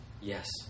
yes